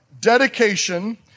dedication